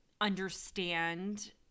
understand